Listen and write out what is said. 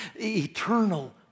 eternal